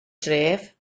dref